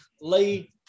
lee